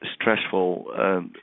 stressful